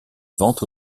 vente